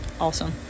awesome